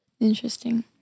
Interesting